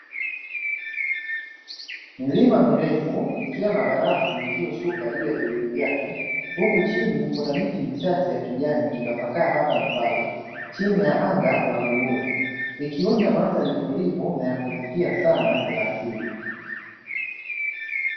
Milima mirefu ikiwa na barafu iliyoshuka juu ya vilele vyake, huku chini kuna miti michache ya kijani kitapakaa hapa na pale chini ya anga la bluu, ikiunda manza alitulivu na ya kuvutia sana ya asili.